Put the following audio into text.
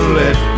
let